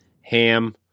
ham